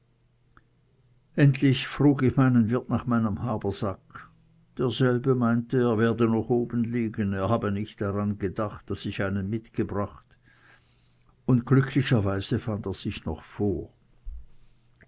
endlich frug ich meinen wirt nach meinem habersack derselbe meinte er werde noch oben liegen er habe nicht gedacht daß ich einen mitgebracht und glücklicherweise fand er sich noch vor